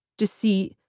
deceit,